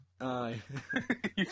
aye